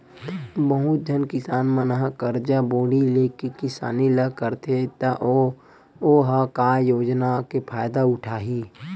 बहुत झन किसान मन ह करजा बोड़ी लेके किसानी ल करथे त ओ ह का योजना के फायदा उठाही